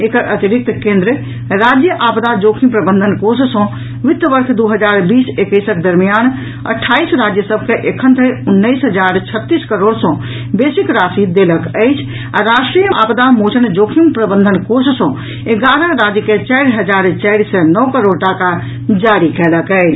एकर अतिरिक्त केन्द्र राज्य आपदा जोखिम प्रबंधन कोष सॅ वित्त वर्ष दू हजार बीस एक्कैस दरमियान अठाईस राज्य सभ के एखनधरि उन्नैस हजार छत्तीस करोड़ सॅ बेसीक राशि देलक अछि आ राष्ट्रीय आपदा मोचन जोखिम प्रबंधन कोष सॅ एगारह राज्य के चारि हजार चारि सय नओ करोड़ टाका जारी कयलक अछि